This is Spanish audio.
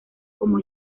como